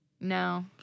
No